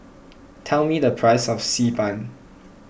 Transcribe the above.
tell me the price of Xi Ban